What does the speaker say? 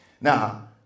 Now